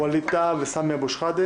וואליד טאהא וסמי אבו שחאדה